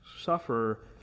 suffer